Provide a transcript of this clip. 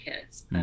kids